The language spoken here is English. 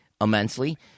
immensely